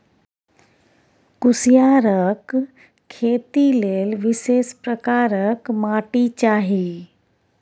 कुसियारक खेती लेल विशेष प्रकारक माटि चाही